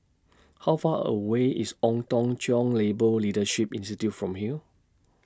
How Far away IS Ong Tong Cheong Labour Leadership Institute from here